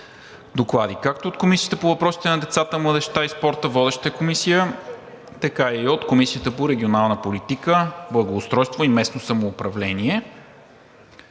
доклади както от Комисията по въпросите на децата, младежта и спорта – Водеща комисия, така и от Комисията по регионална политика, благоустройство и местно самоуправление.